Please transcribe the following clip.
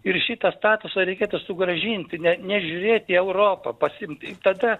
ir šitą statusą reikėtų sugrąžinti ne nežiūrėti į europą pasiimt tada